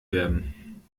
werden